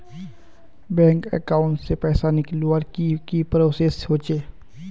Bank account से पैसा निकालवर की की प्रोसेस होचे?